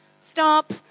Stop